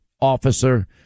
Officer